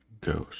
ghost